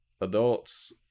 adults